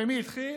ומי התחיל